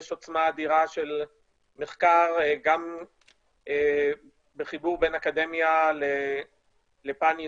יש עוצמה אדירה של מחקר גם בחיבור בין אקדמיה לפן יישומי,